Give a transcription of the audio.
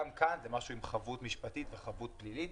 גם כאן זה משהו עם חבות משפטית וחבות פלילית,